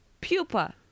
pupa